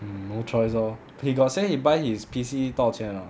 hmm no choice lor he got say he buy his P_C 多少钱 or not